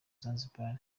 zanzibar